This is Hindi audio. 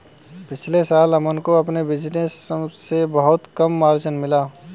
पिछले साल अमन को अपने बिज़नेस से बहुत कम मार्जिन मिला